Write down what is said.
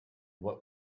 what